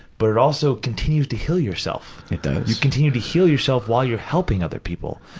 but it also continues to heal yourself. it does. you continue to heal yourself while you're helping other people.